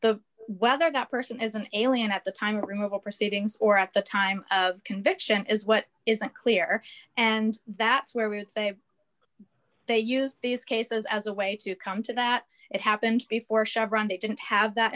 the whether that person is an alien at the time of removal proceedings or at the time of conviction is what isn't clear and that's where we are they used these cases as a way to come to that it happened before chevron they didn't have that